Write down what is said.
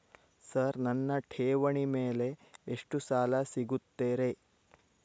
Sir ನನ್ನ ಠೇವಣಿ ಮೇಲೆ ಎಷ್ಟು ಸಾಲ ಸಿಗುತ್ತೆ ರೇ?